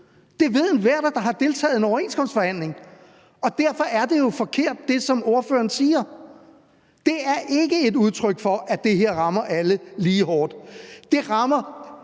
Det ved enhver, der har deltaget i en overenskomstforhandling, og derfor er det, som ordføreren siger, jo forkert. Det er ikke et udtryk for, at det her rammer alle lige hårdt. Det rammer